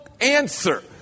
answer